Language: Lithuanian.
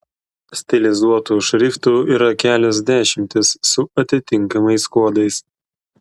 stilizuotų šriftų yra kelios dešimtys su atitinkamais kodais